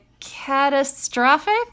Catastrophic